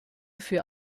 für